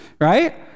right